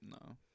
No